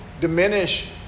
diminish